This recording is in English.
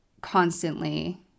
constantly